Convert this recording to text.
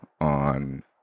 on